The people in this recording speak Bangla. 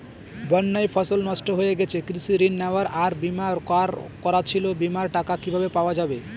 বন্যায় ফসল নষ্ট হয়ে গেছে কৃষি ঋণ নেওয়া আর বিমা করা ছিল বিমার টাকা কিভাবে পাওয়া যাবে?